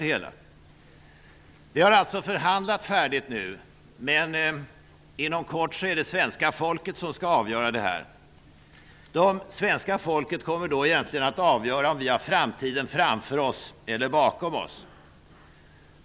Förhandlingarna är alltså färdiga. Men inom kort skall svenska folket avgöra frågan. Svenska folket kommer att avgöra om vi har framtiden för oss eller bakom oss.